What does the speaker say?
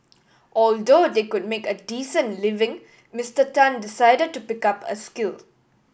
although they could make a decent living Mister Tan decided to pick up a skill